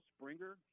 Springer